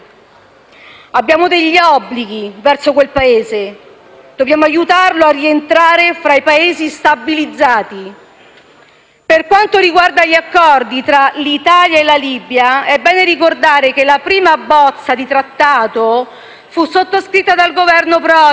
Abbiamo degli obblighi verso quel Paese: dobbiamo aiutarlo a rientrare fra i Paesi stabilizzati. Per quanto riguarda gli accordi tra l'Italia e la Libia, è bene ricordare che la prima bozza di Trattato fu sottoscritta dal Governo Prodi,